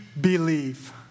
believe